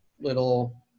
little